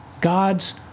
God's